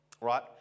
Right